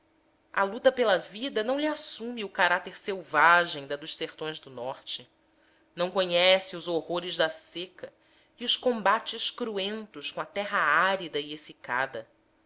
a luta pela vida não lhe assume o caráter selvagem da dos sertões do norte não conhece os horrores da seca e os combates cruentos com a terra árida e